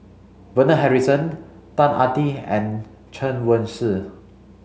Bernard Harrison Ang Ah Tee and Chen Wen Hsi